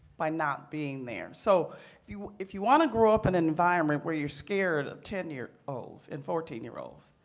by not being there. so if you if you want to grow up in an environment where you're scared of ten year olds and fourteen year olds,